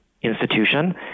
institution